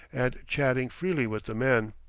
and chatting freely with the men.